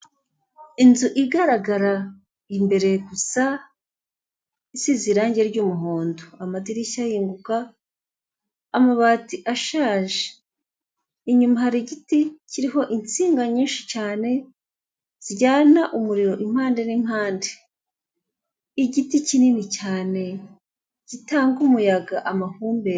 Inzu igaragara imbere gusa isize irange ry'umuhondo amadirishya ahinguka amabati ashaje, inyuma hari igiti kiriho insinga nyinshi cyane zijyana umuriro impande n'impande, igiti kinini cyane gitanga umuyaga amahumbezi.